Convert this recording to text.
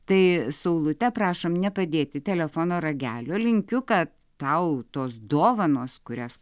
tai saulute prašom nepadėti telefono ragelio linkiu kad tau tos dovanos kurias